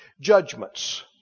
judgments